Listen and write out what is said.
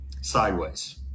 Sideways